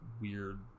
weird